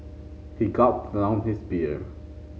he gulped down his beer